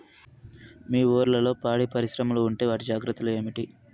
మీ ఊర్లలో పాడి పరిశ్రమలు ఉంటే వాటి జాగ్రత్తలు ఏమిటి